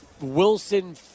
Wilson